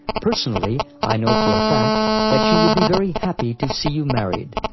personally, i know for a fact that she would be very happy to see you married.